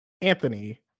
Anthony